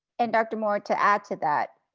and dr. moore, to add to that,